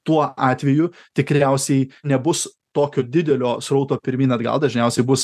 tuo atveju tikriausiai nebus tokio didelio srauto pirmyn atgal dažniausiai bus